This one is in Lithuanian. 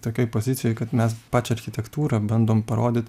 tokioj pozicijoj kad mes pačią architektūrą bandom parodyt